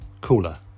cooler